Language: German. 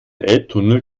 elbtunnel